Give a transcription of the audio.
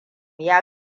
ya